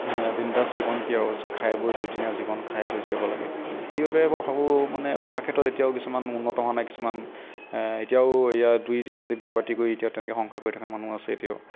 বিন্দাচ জীৱন কি আৰু খাই বৈ দুদিনীয়া জীৱন খাই বৈ জীয়াব লাগে কিন্তু সেইবাবে মই ভাবোঁ মানে পঢ়াৰ ক্ষেত্ৰত এতিয়াও কিছুমান উন্নত হোৱা নাই কিছুমান এতিয়াও সেয়া দুই তিনিজনী বিয়া পাতি কৰি এতিয়াও তেনেকৈ সংসাৰ কৰি থকা মানুহ আছে এতিয়াও